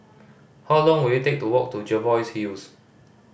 how long will it take to walk to Jervois Hills